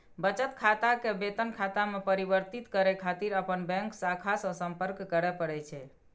बचत खाता कें वेतन खाता मे परिवर्तित करै खातिर अपन बैंक शाखा सं संपर्क करय पड़ै छै